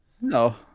No